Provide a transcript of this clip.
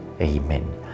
Amen